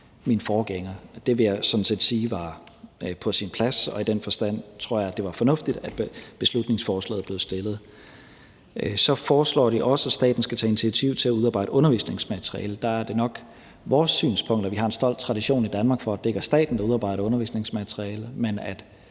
min forgænger, og det vil jeg sådan set sige var på sin plads. I den forstand tror jeg, det var fornuftigt, at beslutningsforslaget blev fremsat. For det andet foreslås det, at staten skal tage initiativ til at udarbejde undervisningsmateriale. Der er det nok vores synspunkt, at vi har en stolt tradition i Danmark for, at det ikke er staten, der udarbejder undervisningsmateriale, men at